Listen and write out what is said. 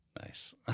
Nice